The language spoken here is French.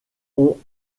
ont